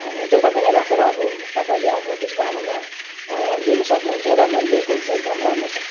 अब जता पनि राखेर अब तपाईँले अब त्यसको आनन्द लिन सक्नुहुन्छ र मैले ल्याएको पनि छु एकदम राम्रो छ